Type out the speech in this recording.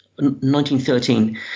1913